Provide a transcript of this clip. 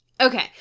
Okay